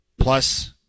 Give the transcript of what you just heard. plus